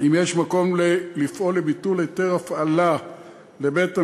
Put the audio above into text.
אם יש מקום לפעול לביטול היתר הפעלה לבית-המטבחיים,